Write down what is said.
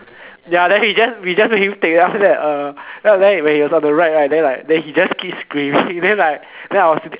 ya then we just we just make him stay then when we about to ride right then he just keep screaming then like I was